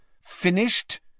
Finished